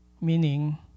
Meaning